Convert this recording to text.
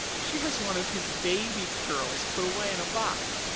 she has one of his baby curls put away in a box,